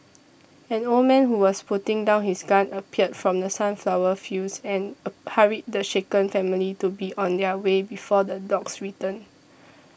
an old man who was putting down his gun appeared from the sunflower fields and hurried the shaken family to be on their way before the dogs return